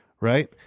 right